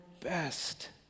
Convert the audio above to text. best